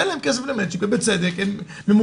שאין להן כסף למצ'ינג ובצדק,